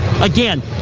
again